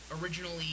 originally